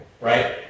right